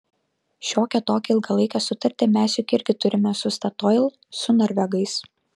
šiokią tokią ilgalaikę sutartį mes juk irgi turime su statoil su norvegais